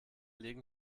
liegen